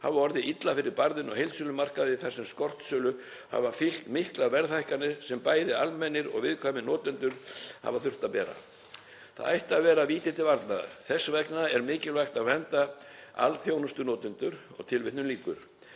hafa orðið illa fyrir barðinu á heildsölumarkaði (Nord Pool) þar sem skortstöðu hafa fylgt miklar verðhækkanir sem bæði almennir og viðkvæmir notendur hafa þurft að bera. Það ætti að vera víti til varnaðar. Þess vegna er mikilvægt að vernda alþjónustunotendur.“ Þetta eru